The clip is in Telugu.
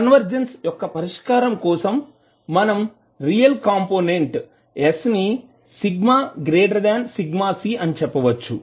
కన్వెర్జ్ యొక్క పరిష్కారం కోసం మనం రియల్ కంపోనెంట్ s ని σσc అని చెప్పవచ్చు